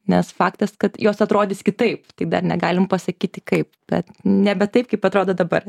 nes faktas kad jos atrodys kitaip tik dar negalim pasakyti kaip bet nebe taip kaip atrodo dabar